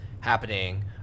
happening